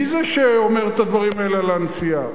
מי זה שאומר את הדברים האלה על הנשיאה?